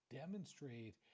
demonstrate